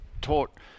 taught